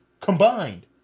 combined